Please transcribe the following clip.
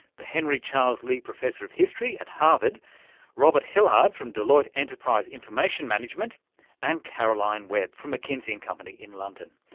the henry charles lea professor of history at harvard robert hillard from deloitte enterprise information management and caroline webb from mckinsey and company in london.